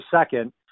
second